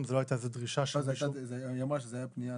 זאת לא הייתה דרישה -- היא אמרה שזאת הייתה פנייה